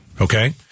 okay